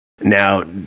Now